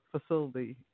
facility